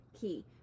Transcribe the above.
key